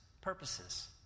purposes